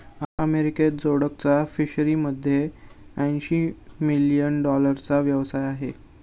अमेरिकेत जोडकचा फिशरीमध्ये ऐंशी मिलियन डॉलरचा व्यवसाय आहे